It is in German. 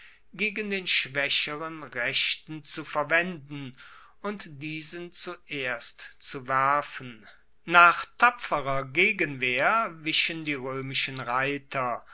gegen den schwaecheren rechten zu verwenden und diesen zuerst zu werfen nach tapferer gegenwehr wichen die roemischen reiter